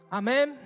amen